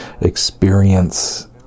experience